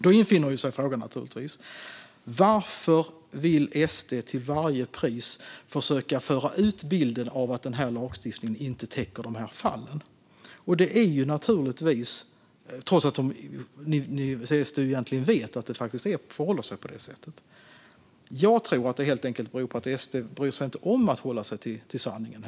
Då infinner sig givetvis frågan: Varför vill SD till varje pris försöka föra ut bilden av att denna lagstiftning inte täcker dessa fall trots att SD egentligen vet att det förhåller sig så? Jag tror att det beror på att SD helt enkelt inte bryr sig om att hålla sig till sanningen.